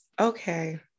Okay